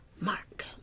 Mark